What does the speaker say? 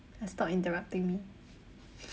stop interrupting me